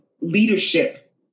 leadership